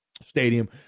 Stadium